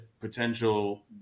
potential